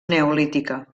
neolítica